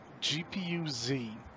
GPU-Z